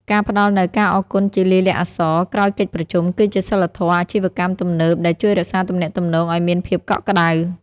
ការផ្តល់នូវ "ការអរគុណជាលាយលក្ខណ៍អក្សរ" ក្រោយកិច្ចប្រជុំ គឺជាសីលធម៌អាជីវកម្មទំនើបដែលជួយរក្សាទំនាក់ទំនងឱ្យមានភាពកក់ក្ដៅ។